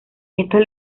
estos